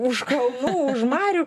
už kalnų už marių